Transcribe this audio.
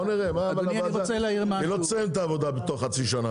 בוא נראה מה הוועדה היא לא תסיים את העבודה בתוך חצי שנה,